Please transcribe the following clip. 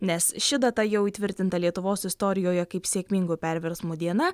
nes ši data jau įtvirtinta lietuvos istorijoje kaip sėkmingų perversmų diena